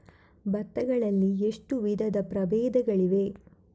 ಭತ್ತ ಗಳಲ್ಲಿ ಎಷ್ಟು ವಿಧದ ಪ್ರಬೇಧಗಳಿವೆ?